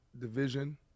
division